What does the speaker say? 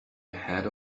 ahead